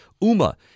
UMA